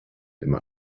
immer